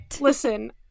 Listen